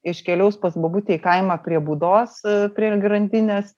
iškeliaus pas bobutę į kaimą prie būdos prie grandinės